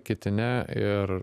kiti ne ir